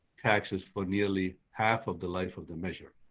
taxes for nearly half of the life of the measure.